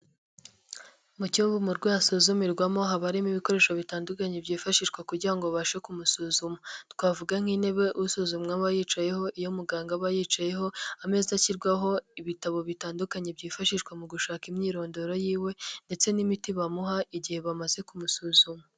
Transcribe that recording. Mu cyumba umurwayi asuzumirwamo haba harimo ibikoresho bitandukanye byifashishwa kugira ngo abashe kumusuzuma. Twavuga nk'intebe usuzumwa aba yicayeho, iyo muganga aba yicayeho, ameza ashyirwaho ibitabo bitandukanye byifashishwa mu gushaka imyirondoro y'iwe ndetse n'imiti bamuha igihe bamaze kumusuzuma.